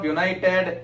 United